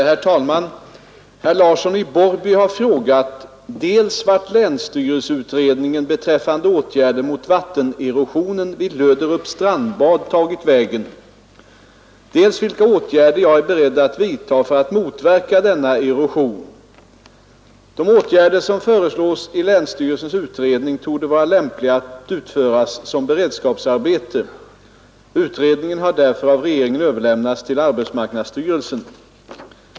Herr talman! Herr Larsson i Borrby har frågat, dels vart länsstyrelseutredningen beträffande åtgärder mot vattenerosionen vid Löderups strandbad tagit vägen, dels vilka åtgärder jag är beredd att vidta för att motverka denna erosion. De åtgärder som föreslås i länsstyrelsens utredning torde vara lämpliga att utföras som beredskapsarbete. Utredningen har därför av regeringen överlämnats till arbetsmarknadsstyrelsen.